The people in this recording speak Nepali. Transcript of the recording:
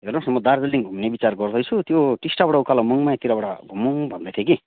हेर्नुहोस् न म दार्जिलिङ घुम्ने विचार गर्दैछु त्यो टिस्टाबाट उकालो मनमायातिरबाट घुमौँ भन्दै थिएँ कि